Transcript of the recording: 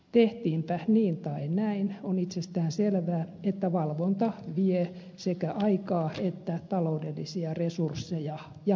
tehtiinpä niin tai näin on itsestään selvää että valvonta vie sekä aikaa että taloudellisia resursseja ja paljon